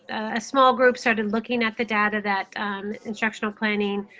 a small group started looking at the data that instructional planning